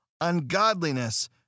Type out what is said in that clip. ungodliness